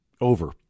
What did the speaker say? over